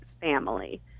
family